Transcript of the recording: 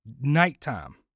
Nighttime